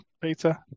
Peter